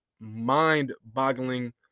mind-boggling